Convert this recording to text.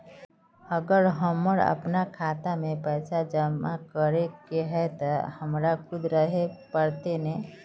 अगर हमर अपना खाता में पैसा जमा करे के है ते हमरा खुद रहे पड़ते ने?